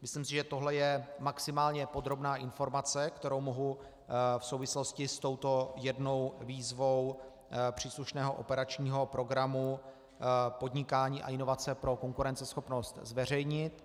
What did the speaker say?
Myslím si, že tohle je maximálně podrobná informace, kterou mohu v souvislosti s touto jednou výzvou příslušného operačního programu Podnikání a inovace pro konkurenceschopnost zveřejnit.